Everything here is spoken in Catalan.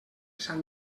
sant